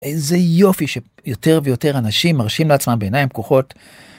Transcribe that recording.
איזה יופי שיותר ויותר אנשים מרשים לעצמם בעיניים פקוחות.